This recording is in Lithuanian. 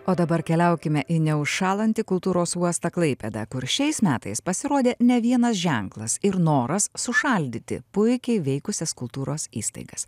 o dabar keliaukime į neužšąlantį kultūros uostą klaipėdą kur šiais metais pasirodė ne vienas ženklas ir noras sušaldyti puikiai veikusias kultūros įstaigas